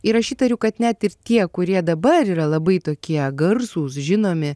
ir aš įtariu kad net ir tie kurie dabar yra labai tokie garsūs žinomi